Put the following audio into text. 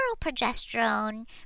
progesterone